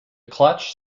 clutch